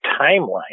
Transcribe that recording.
timeline